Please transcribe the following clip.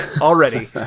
Already